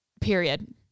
Period